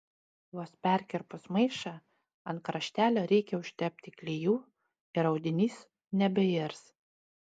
vos perkirpus maišą ant kraštelio reikia užtepti klijų ir audinys nebeirs